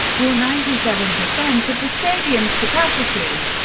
or ninety seven percent of the stadium's capacity.